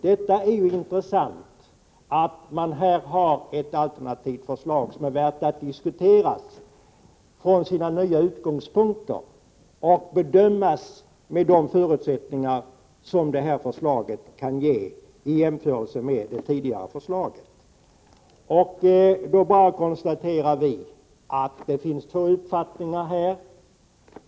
Det är intressant att man här har ett alternativt förslag som är värt att diskuteras utifrån de nya utgångspunkterna och bedömas under de förutsättningar som förslaget kan ge, i jämförelse med det tidigare förslaget. Då konstaterar vi bara att det finns två uppfattningar.